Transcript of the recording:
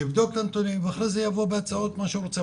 יבדוק את הנתונים ולאחר מכן יביא איזה הצעות שהוא רוצה.